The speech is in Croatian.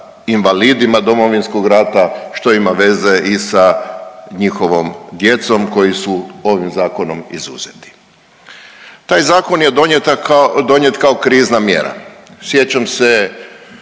invalidima Domovinskog rata, što ima veze i sa njihovom djecom koji su ovim Zakonom izuzeti. Taj Zakon je donijet kao krizma mjera. Sjećam se